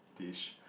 dish